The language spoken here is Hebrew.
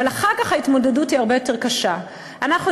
אבל אחר כך ההתמודדות היא הרבה יותר קשה.